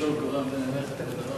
כבוד השר,